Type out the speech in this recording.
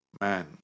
man